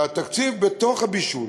שהתקציב בתוך הבישול,